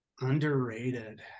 underrated